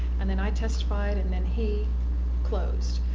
and then i testified and then he closed.